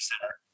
center